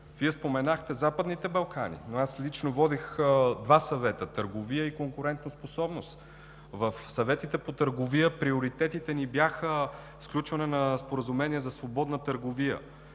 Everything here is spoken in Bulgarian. Вие споменахте Западните Балкани, но аз лично водех два съвета – търговия и конкурентоспособност. В съветите по търговия приоритетите ни бяха сключване на споразумения за свободна търговия